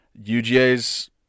UGA's